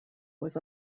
was